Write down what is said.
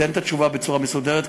ניתן את התשובה בצורה מסודרת,